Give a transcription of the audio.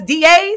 DAs